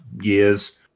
years